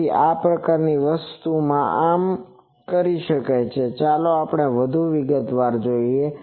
તેથી આ પ્રકારની વસ્તુઓ માં આમ કરી શકાય છે ચાલો આપણે વધુ વિગતવાર જોઈએ